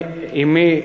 אמי,